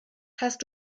hast